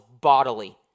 bodily